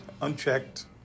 unchecked